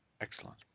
Excellent